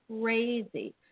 crazy